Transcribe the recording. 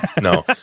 No